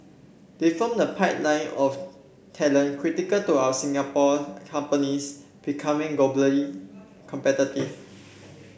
they form the pipeline of talent critical to our Singapore companies becoming globally competitive